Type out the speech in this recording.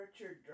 Richard